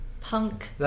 punk